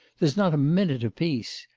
there's not a minute of peace.